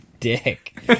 dick